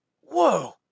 whoa